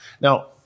Now